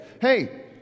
Hey